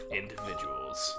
individuals